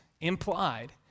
implied